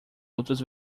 outros